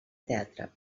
teatre